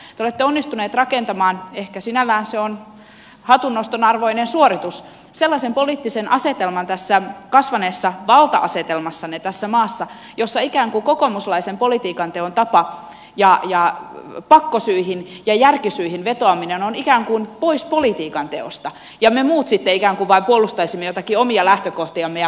te olette onnistuneet rakentamaan ehkä sinällään se on hatunnoston arvoinen suoritus sellaisen poliittisen asetelman tässä kasvaneessa valta asetelmassanne tässä maassa jossa ikään kuin kokoomuslaisen politiikanteon tapa ja pakkosyihin ja järkisyihin vetoaminen ovat poissa politiikan teosta ja me muut sitten ikään kuin vain puolustaisimme joitakin omia lähtökohtiamme ja politikoisimme